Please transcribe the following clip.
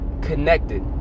connected